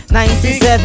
97